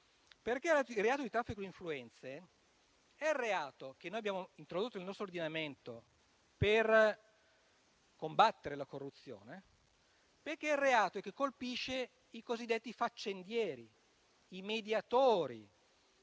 bene. Il reato di traffico di influenze è stato introdotto nel nostro ordinamento per combattere la corruzione, cioè il reato che colpisce i cosiddetti faccendieri, i mediatori